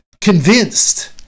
convinced